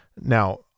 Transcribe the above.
Now